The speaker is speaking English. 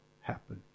happen